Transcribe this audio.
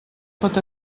pot